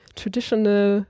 traditional